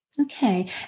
Okay